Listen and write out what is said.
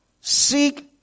seek